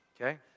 okay